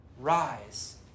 Rise